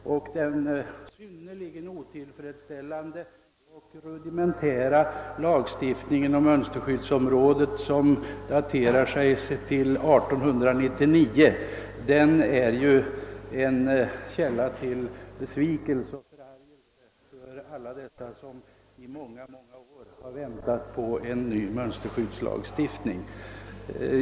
Den synnerligen otillfredsställande och rudimentära lagstiftning om mönsterskydd som daterar sig från 1899 är en källa till besvikelse och förargelse för alla dem som i många, många år har väntat på en ny mönsterskyddslagstiftning.